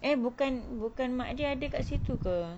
eh bukan bukan mak dia ada kat situ ke